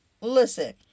Listen